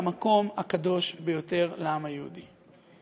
המקום הקדוש ביותר לעם היהודי,